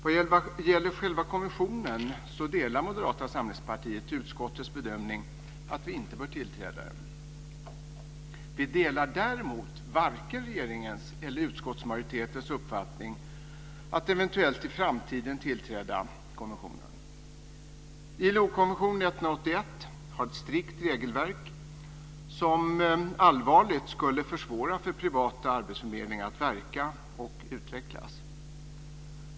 Vad gäller själva konventionen delar Moderata samlingspartiet utskottets bedömning att vi inte bör tillträda den. Vi delar däremot varken regeringens eller utskottsmajoritetens uppfattning att vi eventuellt i framtiden ska tillträda konventionen. ILO-konvention 181 har ett strikt regelverk som allvarligt skulle försvåra för privata arbetsförmedlingar att verka och utvecklas.